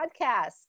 podcast